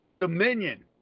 dominion